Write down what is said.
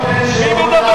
מי שמדבר על